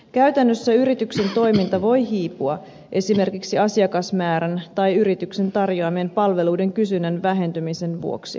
käytännössä yrityksen toiminta voi hiipua esimerkiksi asiakasmäärän tai yrityksen tarjoamien palveluiden kysynnän vähentymisen vuoksi